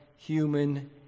human